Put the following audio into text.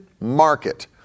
market